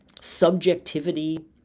subjectivity